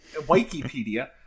wikipedia